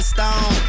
Stone